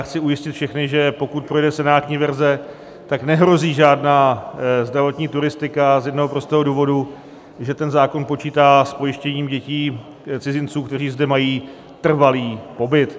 Chci všechny ujistit, že pokud projde senátní verze, nehrozí žádná zdravotní turistika z jednoho prostého důvodu, že ten zákon počítá s pojištěním dětí cizinců, kteří zde mají trvalý pobyt.